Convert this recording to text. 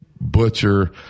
butcher